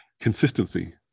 consistency